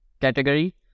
category